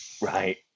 Right